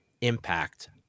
impact